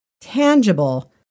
tangible